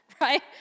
Right